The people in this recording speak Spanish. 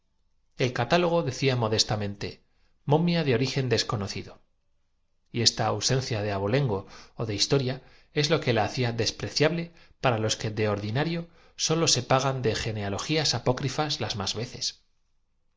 el catálogo decía modestamente mo mia de origen desconocido y esta ausencia de abo lengo ó de historia es lo que la hacía despreciable para los que de ordinario sólo se pagan de genealogías apócrifas las más veces